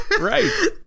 right